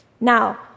Now